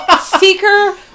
seeker